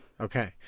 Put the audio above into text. Okay